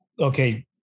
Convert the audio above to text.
okay